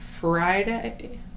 Friday